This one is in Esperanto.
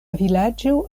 vilaĝo